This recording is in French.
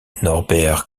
norbert